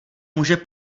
může